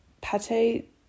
Pate